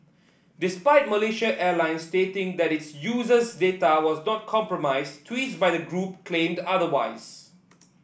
despite Malaysia Airlines stating that its users data was not compromised tweets by the group claimed otherwise